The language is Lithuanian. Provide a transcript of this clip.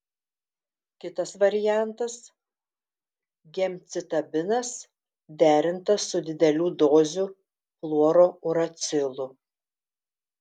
kitas variantas gemcitabinas derintas su didelių dozių fluorouracilu